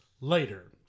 Later